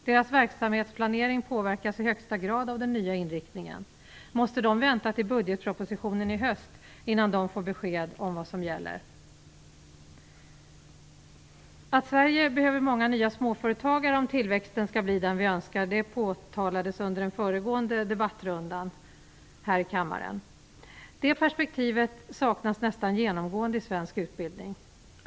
Deras verksamhetsplanering påverkas i högsta grad av den nya inriktningen. Måste de vänta till budgetpropositionen i höst innan de får besked om vad som gäller? Att Sverige behöver många nya småföretagare om tillväxten skall bli den vi önskar påtalades under den föregående debattrundan här i kammaren. Det perspektivet saknas nästan genomgående i svensk utbildning.